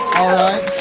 alright.